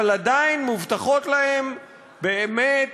אבל עדיין מובטחות להם באמת